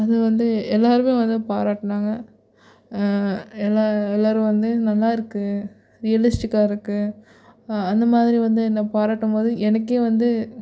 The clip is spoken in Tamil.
அது வந்து எல்லாருமே வந்து பாராட்டினாங்க எல்லா எல்லாரும் வந்து நல்லாயிருக்கு ரியலிஸ்டிக்காக இருக்குது அந்த மாதிரி வந்து என்னை பாராட்டும்போது எனக்கே வந்து